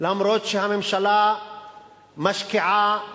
אף שהממשלה משקיעה